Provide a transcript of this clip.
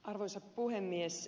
arvoisa puhemies